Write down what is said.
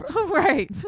Right